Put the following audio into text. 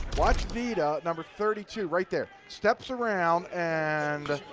watch vedaa number thirty two, right there, steps around and